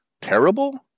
Terrible